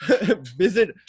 Visit